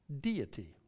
Deity